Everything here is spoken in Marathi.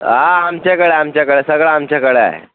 हा आमच्याकडे आमच्याकडे सगळं आमच्याकडे आए